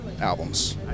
albums